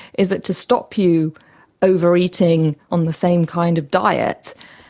is that to stop you overeating on the same kind of diet,